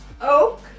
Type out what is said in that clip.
Oak